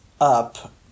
up